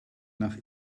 nach